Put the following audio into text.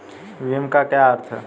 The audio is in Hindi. भीम का क्या अर्थ है?